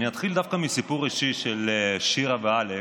אני אתחיל דווקא מסיפור אישי של שירה ואלכס.